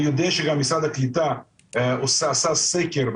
אני יודע שגם משרד הקליטה עשה סקר,